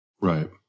Right